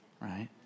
Right